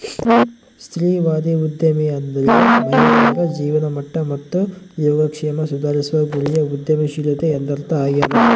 ಸ್ತ್ರೀವಾದಿ ಉದ್ಯಮಿ ಅಂದ್ರೆ ಮಹಿಳೆಯರ ಜೀವನಮಟ್ಟ ಮತ್ತು ಯೋಗಕ್ಷೇಮ ಸುಧಾರಿಸುವ ಗುರಿಯ ಉದ್ಯಮಶೀಲತೆ ಎಂದರ್ಥ ಆಗ್ಯಾದ